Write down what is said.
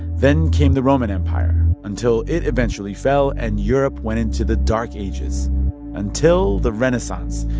then came the roman empire until it eventually fell and europe went into the dark ages until the renaissance,